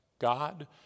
God